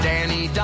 Danny